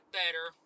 better